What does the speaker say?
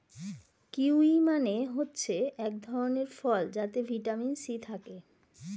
kiwi মানে হচ্ছে এক ধরণের ফল যাতে ভিটামিন সি থাকে